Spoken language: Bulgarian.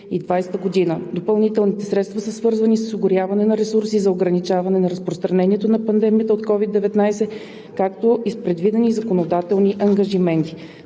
2020 г. Допълнителните средства са свързани с осигуряване на ресурси за ограничаване на разпространението на пандемията от COVID-19, както и с предвидени законодателни ангажименти.